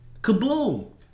Kaboom